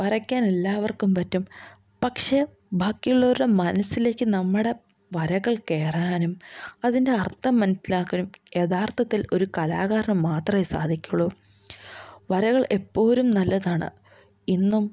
വരയ്ക്കാൻ എല്ലാവർക്കും പറ്റും പക്ഷെ ബാക്കിയുള്ളവരുടെ മനസ്സിലേക്ക് നമ്മുടെ വരകൾ കയറാനും അതിൻ്റെ അർത്ഥം മനസ്സിലാക്കാനും യഥാർത്ഥത്തിൽ ഒരു കലാകാരനു മാത്രമേ സാധിക്കുകയുള്ളൂ വരകൾ എപ്പോഴും നല്ലതാണ് ഇന്നും